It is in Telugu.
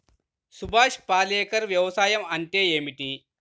సుభాష్ పాలేకర్ వ్యవసాయం అంటే ఏమిటీ?